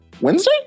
Wednesday